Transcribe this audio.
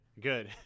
good